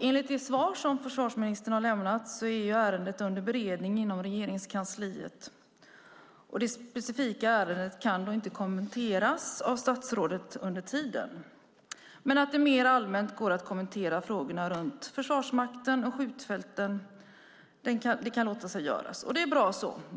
Enligt det svar som försvarsministern har lämnat är ärendet under beredning inom Regeringskansliet. Det specifika ärendet kan inte kommenteras av statsrådet under tiden. Men det går att mer allmänt kommentera frågorna runt Försvarsmakten och skjutfälten. Det är bra så.